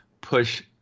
push